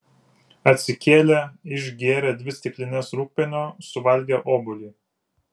atsikėlė išgėrė dvi stiklines rūgpienio suvalgė obuolį